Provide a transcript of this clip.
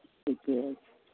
ठीके छै